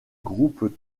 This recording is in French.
groupes